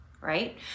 right